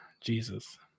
Jesus